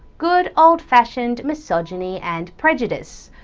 good old-fashioned misogyny and prejudice.